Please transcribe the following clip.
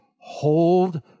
hold